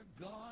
God